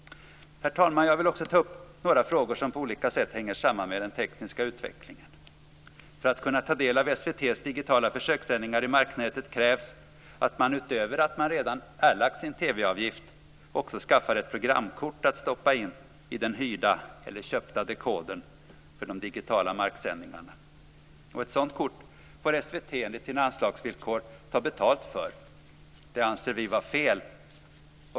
Herr talman! Jag vill också ta upp några frågor som på olika sätt hänger samman med den tekniska utvecklingen. För att kunna ta del av SVT:s digitala försökssändningar i marknätet krävs att man, utöver att man redan erlagt sin TV-avgift, också skaffar ett programkort att stoppa in i den hyrda eller köpta dekodern för digitala marksändningar. Ett sådant kort får SVT enligt sina anslagsvillkor ta betalt för. Det anser vi vara fel.